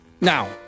Now